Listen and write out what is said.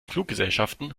fluggesellschaften